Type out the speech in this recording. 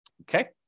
okay